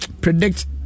predict